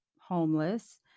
homeless